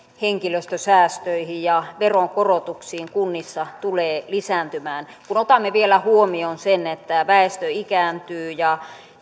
henkilöstösäästöihin ja veronkorotuksiin kunnissa tulee lisääntymään kun otamme vielä huomioon sen että väestö ikääntyy ja